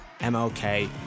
MLK